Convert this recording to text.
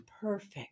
perfect